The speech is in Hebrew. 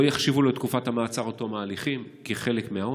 לא יחשיבו לו את תקופת המעצר עד תום ההליכים כחלק מהעונש.